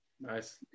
nice